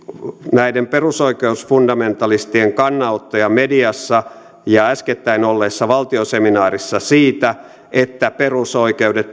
näiden perusoikeusfundamentalistien kannanottoja mediassa ja äskettäin olleessa valtioseminaarissa siitä että perusoikeudet